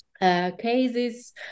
Cases